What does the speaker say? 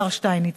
השר שטייניץ,